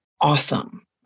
awesome